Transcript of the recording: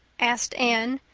asked anne,